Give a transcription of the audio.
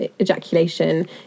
ejaculation